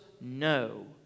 no